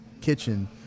Kitchen